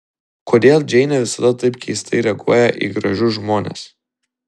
kodėl džeinė visada taip keistai reaguoja į gražius žmones